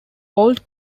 old